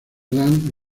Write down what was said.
lane